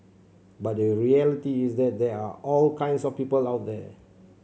but the reality is that there are all kinds of people out there